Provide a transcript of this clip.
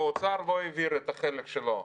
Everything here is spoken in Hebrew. והאוצר לא העביר את החלק שלו.